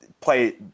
play